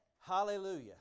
Hallelujah